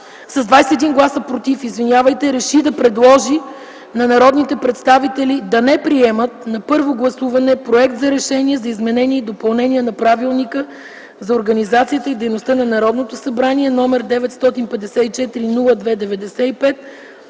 с 21 гласа „против” реши да предложи на народните представители да не приемат на първо гласуване проект за решение за изменение и допълнение на Правилника за организацията и дейността на Народното събрание, № 954-02-95,